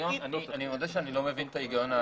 אני מודה שאני לא מבין את ההיגיון.